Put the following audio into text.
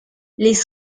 les